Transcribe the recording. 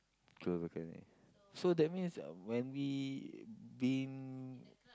close balcony so that means when we been